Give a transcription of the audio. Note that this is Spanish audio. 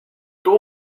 tuvo